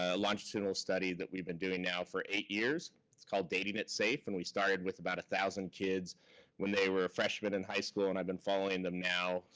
ah longitudinal study that we've been doing now for eight years. it's called dating it safe, and we started with about one thousand kids when they were freshmen in high school, and i've been following them now,